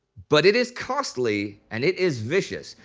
but it is costly and it is vicious.